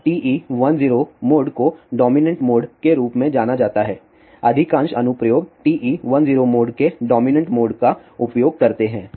अब TE10 mode को dominant mode के रूप में जाना जाता है अधिकांश अनुप्रयोग TE10 मोड के डोमिनेंट मोड का उपयोग करते हैं